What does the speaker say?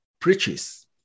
preaches